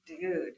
Dude